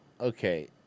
Okay